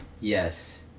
Yes